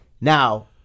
Now